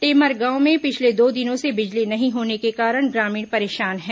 टेमरगांव में पिछले दो दिनों से बिजली नहीं होने के कारण ग्रामीण परेशान है